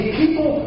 people